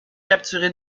capturés